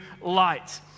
light